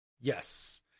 Yes